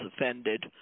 offended